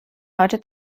heute